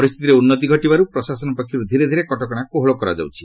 ପରିସ୍ଥିତିରେ ଉନ୍ତି ଘଟିବାର୍ତ ପ୍ରଶାସନ ପକ୍ଷର୍ ଧୀରେ ଧୀରେ କଟକଣା କୋହଳ କରାଯାଉଛି